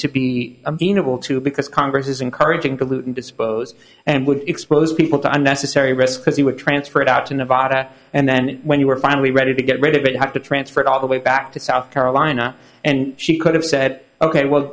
amenable to because congress is encouraging polluting dispose and would expose people to unnecessary risk because he would transfer it out to nevada and then when you were finally ready to get rid of it have to transfer it all the way back to south carolina and she could have said ok well